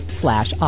slash